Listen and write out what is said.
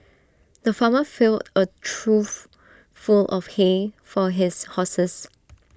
the farmer filled A trough full of hay for his horses